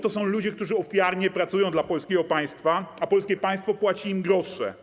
To są ludzie, którzy ofiarnie pracują dla polskiego państwa, a polskie państwo płaci im grosze.